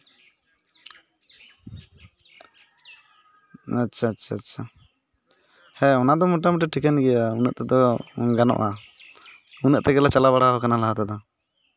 ᱟᱪᱪᱷᱟ ᱪᱷᱟ ᱪᱷᱟ ᱪᱷᱟ ᱦᱮᱸ ᱚᱱᱟᱫᱚ ᱢᱚᱴᱟᱢᱩᱴᱤ ᱴᱷᱤᱠᱟᱹᱱ ᱜᱮᱭᱟ ᱩᱱᱟᱹᱜ ᱛᱮᱫᱚ ᱜᱟᱱᱚᱜᱼᱟ ᱩᱱᱟᱹᱜ ᱛᱮᱜᱮᱞᱮ ᱪᱟᱞᱟᱣ ᱵᱟᱲᱟᱣ ᱠᱟᱱᱟ ᱞᱟᱦᱟ ᱛᱮᱫᱚ